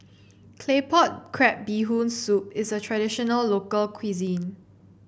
Claypot Crab Bee Hoon Soup is a traditional local cuisine